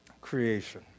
Creation